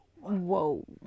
Whoa